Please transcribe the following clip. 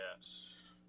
yes